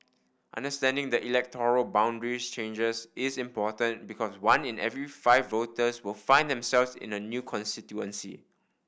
understanding the electoral boundaries changes is important because one in every five voters will find themselves in a new constituency